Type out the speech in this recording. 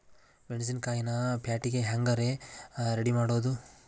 ಮೆಣಸಿನಕಾಯಿನ ಪ್ಯಾಟಿಗೆ ಹ್ಯಾಂಗ್ ರೇ ರೆಡಿಮಾಡೋದು?